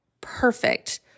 perfect